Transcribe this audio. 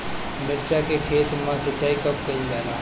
मिर्चा के खेत में सिचाई कब कइल जाला?